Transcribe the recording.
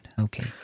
okay